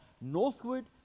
northward